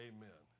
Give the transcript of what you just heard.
Amen